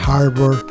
Harbor